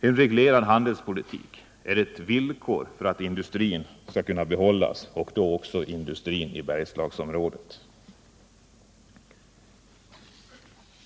En reglerad handelspolitik är ett villkor för att industrin skall kunna behållas — och då också i Bergslagsområdet.